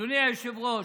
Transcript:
אדוני היושב-ראש,